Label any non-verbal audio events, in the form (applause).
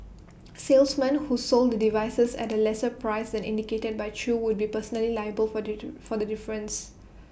salesmen who sold the devices at A lesser price than indicated by chew would be personally liable for (noise) for the difference